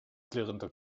klirrender